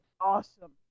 awesome